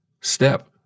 step